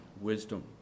wisdom